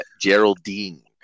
geraldine